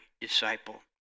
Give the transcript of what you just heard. disciple